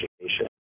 education